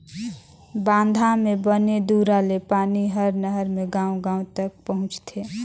बांधा म बने दूरा ले पानी हर नहर मे गांव गांव तक पहुंचथे